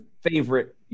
favorite